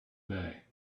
day